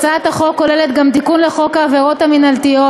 הצעת החוק כוללת גם תיקון לחוק העבירות המינהליות,